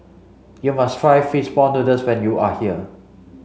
you must try fish ball noodles when you are here